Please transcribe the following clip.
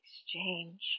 Exchange